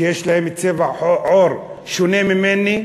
שיש להם צבע עור שונה משלי,